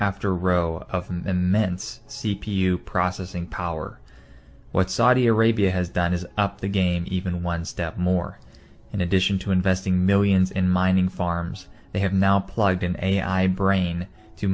after row of the mints c p u processing power what saudi arabia has done is up the game even one step more in addition to investing millions in mining farms they have now plugged in ai brain to